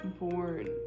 born